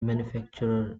manufacturer